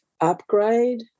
upgrade